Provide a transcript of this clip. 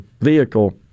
vehicle